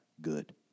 good